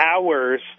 hours